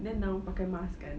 then now pakai mask kan